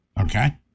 okay